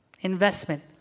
Investment